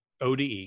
ODE